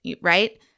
right